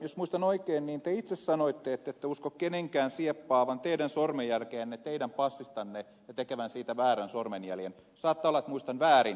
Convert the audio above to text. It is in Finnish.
jos muistan oikein niin te itse sanoitte ettette usko kenenkään sieppaavan teidän sormenjälkeänne teidän passistanne ja tekevän siitä väärää sormenjälkeä saattaa olla että muistan väärin